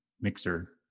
mixer